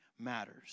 matters